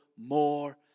more